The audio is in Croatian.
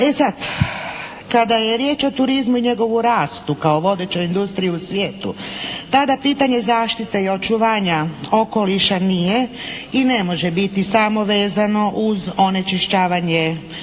E sada, kada je riječ o turizmu i njegovu rastu kao vodećoj industriji u svijetu tada pitanje zaštite i očuvanja okoliša nije i ne može biti samo vezano uz onečišćavanje